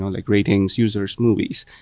ah like ratings, users, movies.